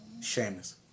Sheamus